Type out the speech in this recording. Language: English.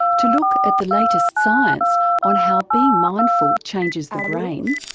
to look at the latest science on how being mindful changes the brain,